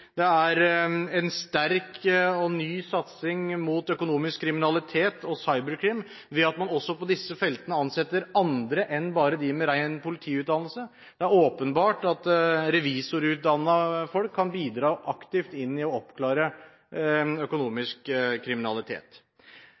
Det er en sterk og ny satsing mot økonomisk kriminalitet og cyberkrim, ved at man også på disse feltene ansetter andre enn bare dem med ren politiutdannelse. Det er åpenbart at revisorutdannede folk kan bidra aktivt til å oppklare økonomisk kriminalitet.